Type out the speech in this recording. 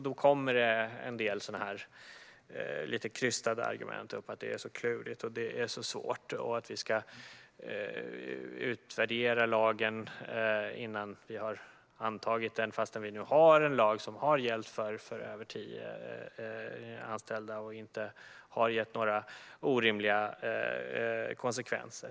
Det kommer en del krystade argument om att det är klurigt och svårt och att vi ska utvärdera lagen innan vi har antagit den, fastän vi har en lag som har gällt för över tio anställda och inte har gett några orimliga konsekvenser.